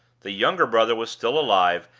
the younger brother was still alive,